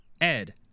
Ed